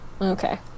Okay